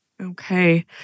Okay